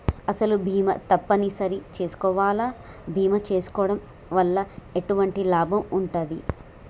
అసలు బీమా తప్పని సరి చేసుకోవాలా? బీమా చేసుకోవడం వల్ల ఎటువంటి లాభం ఉంటది?